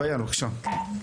ביאן, בבקשה.